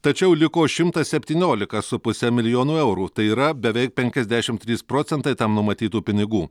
tačiau liko šimtas septyniolika su puse milijono eurų tai yra beveik penkiasdešimt trys procentai tam numatytų pinigų